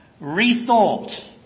rethought